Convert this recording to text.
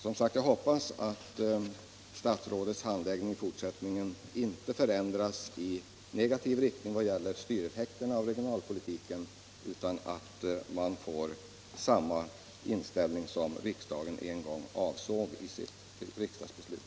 Som sagt: Jag hoppas att statsrådets handläggning i fortsättningen inte förändras i negativ riktning vad gäller styreffekterna av regionalpolitiken utan att det blir samma inställning som riksdagen en gång avsåg i sitt beslut.